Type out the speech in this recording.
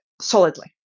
solidly